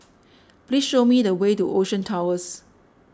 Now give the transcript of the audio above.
please show me the way to Ocean Towers